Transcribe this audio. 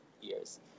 years